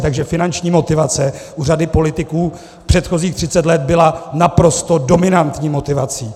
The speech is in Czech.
Takže finanční motivace u řady politiků předchozích třicet let byla naprosto dominantní motivací.